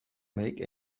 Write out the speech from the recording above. make